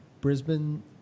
Brisbane